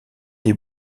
des